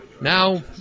Now